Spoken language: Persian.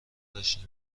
داشتین